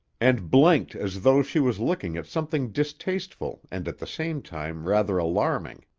and blinked as though she was looking at something distasteful and at the same time rather alarming.